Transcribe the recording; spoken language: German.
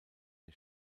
der